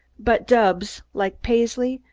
but dubs, like paisley,